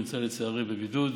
שנמצא לצערי בבידוד.